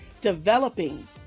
developing